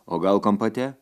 o gal kompote